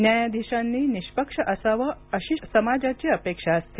न्यायाधीशांनी निष्पक्ष असावं अशी समाजाची अपेक्षा असते